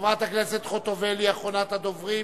חברת הכנסת חוטובלי, אחרונת הדוברים.